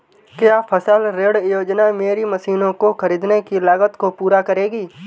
क्या फसल ऋण योजना मेरी मशीनों को ख़रीदने की लागत को पूरा करेगी?